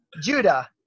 Judah